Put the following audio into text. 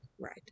Right